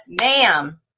ma'am